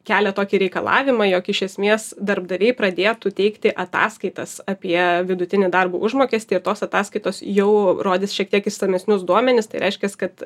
kelia tokį reikalavimą jog iš esmės darbdaviai pradėtų teikti ataskaitas apie vidutinį darbo užmokestį ir tos ataskaitos jau rodys šiek tiek išsamesnius duomenis tai reiškias kad